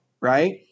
right